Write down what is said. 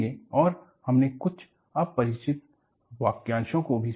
और हमने कुछ अपरिचित वाक्यांशों को भी सीखे